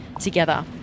together